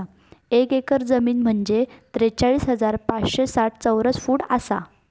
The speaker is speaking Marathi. एक एकर जमीन म्हंजे त्रेचाळीस हजार पाचशे साठ चौरस फूट आसा